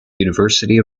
university